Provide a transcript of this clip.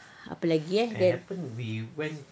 apa lagi eh